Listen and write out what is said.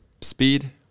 speed